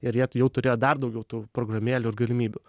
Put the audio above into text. ir jie jau turėjo dar daugiau tų programėlių ir galimybių